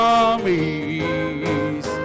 armies